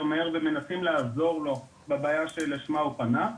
מהר ומנסים לעזור לו בבעיה שלשמה הוא פנה,